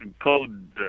code